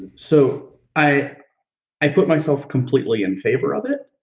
so, i i put myself completely in favor of it,